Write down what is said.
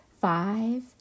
Five